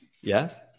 Yes